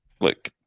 look